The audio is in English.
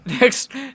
Next